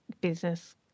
business